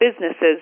businesses